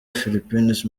philippines